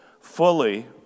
fully